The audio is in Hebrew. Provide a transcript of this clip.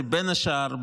בין השאר,